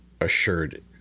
assured